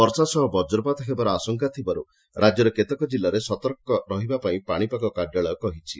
ବର୍ଷା ସହ ବଜ୍ରପାତ ହେବାର ଆଶଙ୍କା ଥିବାରୁ ରାକ୍ୟର କେତେକ ଜିଲ୍ଲାରେ ସତର୍କ ରହିବା ପାଇଁ ପାଶିପାଗ କାର୍ଯ୍ୟାଳୟ କହିଛି